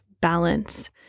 balance